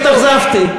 התאכזבתי.